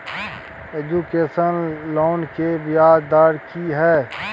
Education loan के ब्याज दर की हय?